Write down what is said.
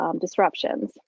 disruptions